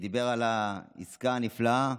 שדיבר על העסקה הנפלאה,